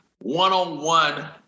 one-on-one